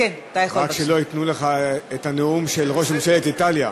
רק שלא ייתנו לך את הנאום של ראש ממשלת איטליה.